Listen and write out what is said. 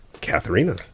Katharina